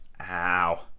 ow